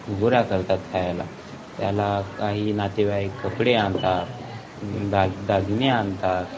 घुगऱ्या करतात खायला त्याला काही नातेवाईक कपडे आणतात दाग दागिने आणतात